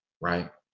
Right